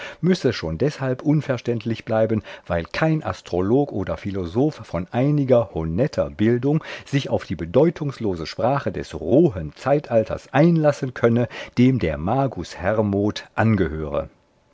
müsse schon deshalb unverständlich bleiben weil kein astrolog oder philosoph von einiger honetter bildung sich auf die bedeutungslose sprache des rohen zeitalters einlassen könne dem der magus hermod angehöre